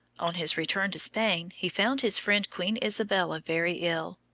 on his return to spain he found his friend queen isabella very ill,